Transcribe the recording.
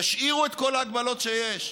תשאירו את כל ההגבלות שיש.